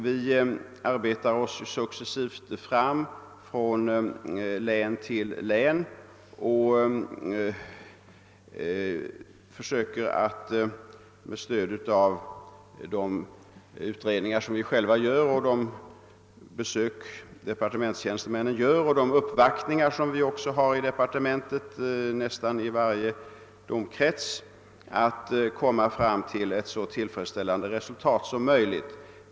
Vi arbetar oss fram successivt från län till län och försöker att med stöd av våra utredningar samt de besök som departementstjänstemännen gör och de uppvaktningar vi får i departementet från nästan varje domkrets att uppnå ett så tillfredsställande resultat som möjligt.